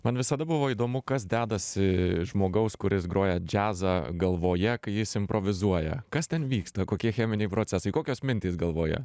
man visada buvo įdomu kas dedasi žmogaus kuris groja džiazą galvoje kai jis improvizuoja kas ten vyksta kokie cheminiai procesai kokios mintys galvoje